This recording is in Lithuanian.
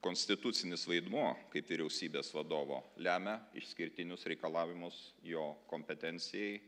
konstitucinis vaidmuo kaip vyriausybės vadovo lemia išskirtinius reikalavimus jo kompetencijai